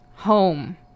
Home